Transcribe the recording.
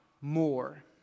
more